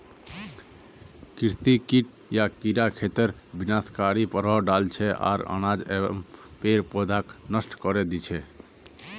कृषि कीट या कीड़ा खेतत विनाशकारी प्रभाव डाल छेक आर अनाज एवं पेड़ पौधाक नष्ट करे दी छेक